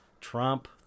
trump